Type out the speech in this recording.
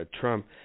Trump